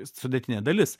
sudėtinė dalis